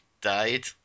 died